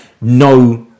no